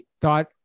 thought